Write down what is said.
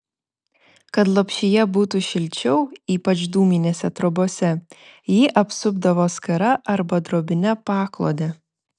kad lopšyje būtų šilčiau ypač dūminėse trobose jį apsupdavo skara arba drobine paklode